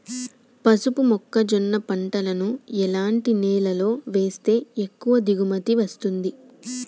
పసుపు మొక్క జొన్న పంటలను ఎలాంటి నేలలో వేస్తే ఎక్కువ దిగుమతి వస్తుంది?